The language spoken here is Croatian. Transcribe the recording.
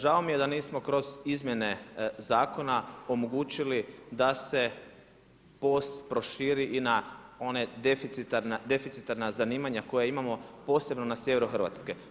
Žao mi je da nismo kroz izmjene zakona omogućili da se POS proširi i na one deficitarna zanimanja koja imamo posebno na sjeveru Hrvatske.